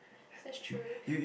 that's true